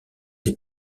des